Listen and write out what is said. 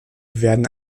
werden